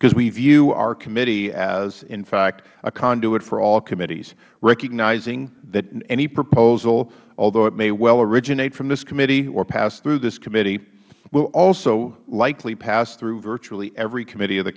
because we view our committee as a conduit for all committees recognizing that any proposal although it may well originate from this committee or pass through this committee will also likely pass through virtually every committee of the